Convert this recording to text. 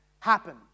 happen